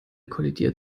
kollidiert